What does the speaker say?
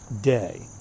day